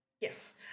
Yes